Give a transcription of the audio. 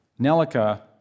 Nelica